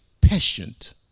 patient